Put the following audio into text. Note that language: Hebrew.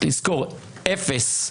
תזכרו אפס,